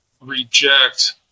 reject